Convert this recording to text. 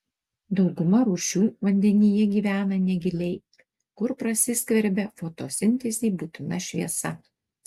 dauguma rūšių vandenyje gyvena negiliai kur prasiskverbia fotosintezei būtina šviesa